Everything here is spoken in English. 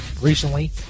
Recently